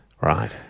right